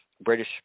British